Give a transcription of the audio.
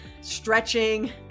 stretching